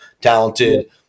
talented